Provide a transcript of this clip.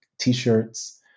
t-shirts